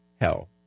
hell